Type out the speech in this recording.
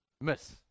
miss